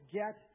get